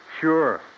Sure